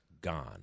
gone